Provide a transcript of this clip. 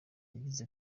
yagize